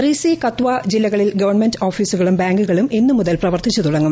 റീസി കത്പാ ജില്ലകളിൽ ഗവൺമെന്റ് ഓഫീസുകളും ഇന്ന് മുതൽ പ്രവർത്തിച്ചു തുടങ്ങും